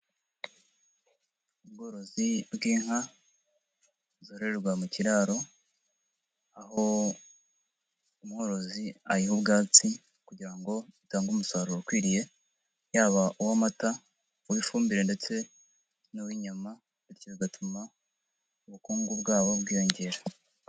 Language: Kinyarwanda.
Ubworozi bw'inka zorererwa mu kiraro, aho umworozi ayiha ubwatsi kugira ngo zitange umusaruro ukwiriye, yaba uw'amata, uw'ifumbire, ndetse n'uw'inyama, ndetse bigatuma ubukungu bwabo bwiyongera.